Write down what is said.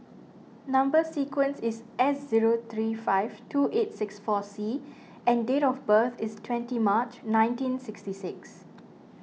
Number Sequence is S zero three five two eight six four C and date of birth is twenty March nineteen sixty six